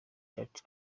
church